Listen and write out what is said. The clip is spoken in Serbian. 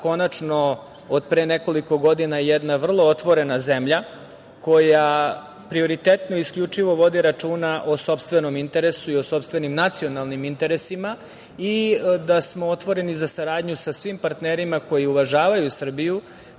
konačno od pre nekoliko godina jedna vrlo otvorena zemlja koja prioritetno i isključivo vodi računa o sopstvenom interesu i o sopstvenim nacionalnim interesima i da smo otvoreni za saradnju sa svim partnerima koji uvažavaju Srbiju,